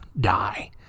die